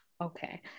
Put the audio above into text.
Okay